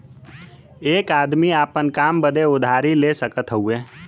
एक आदमी आपन काम बदे उधारी ले सकत हउवे